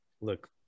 Look